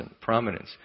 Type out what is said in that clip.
prominence